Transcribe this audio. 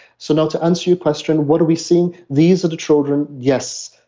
so now to answer your question, what are we seeing? these are the children yes,